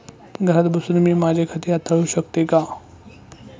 घरात बसून मी माझे खाते हाताळू शकते का?